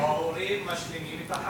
עיסאווי, ההורים משלימים את החסר.